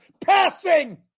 passing